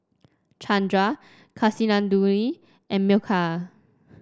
Chandra Kasinadhuni and Milkha